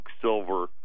silver